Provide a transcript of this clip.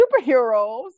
superheroes